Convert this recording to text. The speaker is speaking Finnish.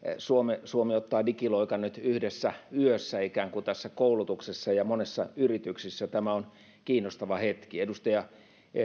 suomi suomi ottaa digiloikan nyt yhdessä yössä tässä koulutuksessa ja ja monessa yrityksessä tämä on kiinnostava hetki edustaja